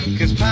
Cause